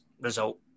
result